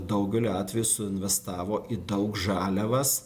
daugeliu atvejų suinvestavo į daug žaliavas